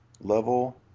level